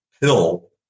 pill